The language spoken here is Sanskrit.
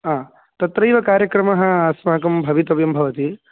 आ तत्रैव कार्यक्रमः अस्माकं भवितव्यं भवति